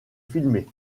filmé